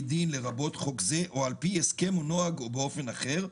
דין לרבות חוק זה או על-פי הסכם או נוהג או באופן אחר,